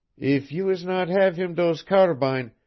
eef you is not have heem dose carabine,